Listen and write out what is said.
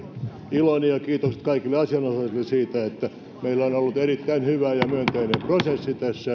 iloni ja kiitokset kaikille asianosaisille siitä että meillä on ollut erittäin hyvä ja myönteinen prosessi